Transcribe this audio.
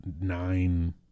nine